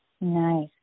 Nice